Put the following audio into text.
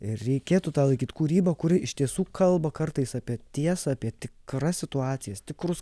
ir reikėtų tą laikyt kūryba kuri iš tiesų kalba kartais apie tiesą apie tikras situacijas tikrus